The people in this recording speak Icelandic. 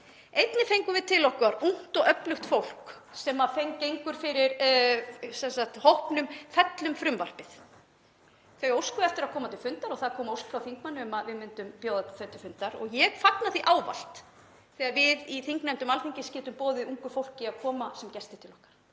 Einnig fengum við til okkar ungt og öflugt fólk sem fer fyrir hópnum Fellum frumvarpið. Þau óskuðu eftir að koma til fundar og það kom ósk frá þingmönnum um að við myndum bjóða þau til fundar. Ég fagna því ávallt þegar við í þingnefndum Alþingis getum boðið ungu fólki að koma sem gestir til okkar.